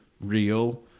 real